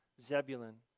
Zebulun